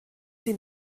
sie